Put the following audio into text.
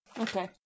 Okay